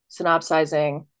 synopsizing